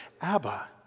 Abba